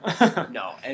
no